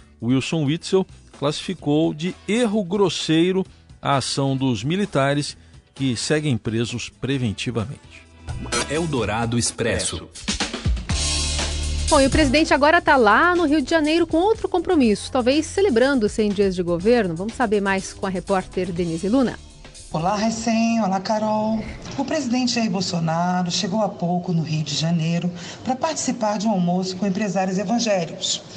Wilson Witzel classificou de erro grosseiro a ação dos militares que seguem presos preventivamente. Eldorado Expresso. Bom, e o presidente agora tá lá no Rio de Janeiro com outro compromisso, talvez celebrando os 100 dias de governo. Vamos saber mais com a repórter Denise Luna. Olá, Haisem. Olá, Carol. O presidente Jair Bolsonaro chegou há pouco no Rio de Janeiro pra participar de um almoço com empresários evangélicos.